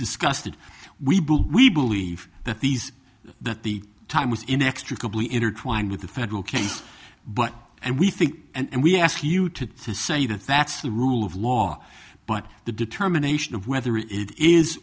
discussed it we believe we believe that these that the time is inextricably intertwined with the federal case but and we think and we ask you to to say that that's the rule of law but the determination of whether it is